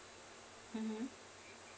mmhmm